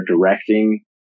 directing